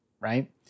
right